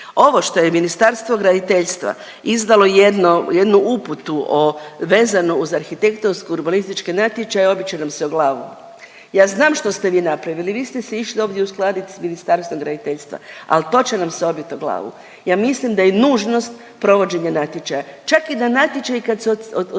Ovo što je Ministarstvo graditeljstva izdalo jednu uputu vezano uz arhitektonsko-urbanističke natječaje obit će nam se o glavu. Ja znam što ste vi napravili, vi ste se išli ovdje uskladit s Ministarstvom graditeljstva, al to će nam se obit o glavu. Ja mislim da je nužnost provođenja natječaja, čak i da natječaji kad se odlučite